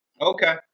Okay